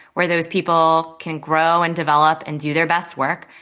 where those people can grow and develop and do their best work,